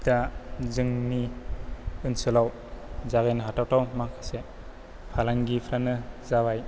दा जोंनि ओनसोलाव जागायनो हाथावथाव माखासे फालांगिफ्रानो जाबाय